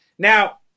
Now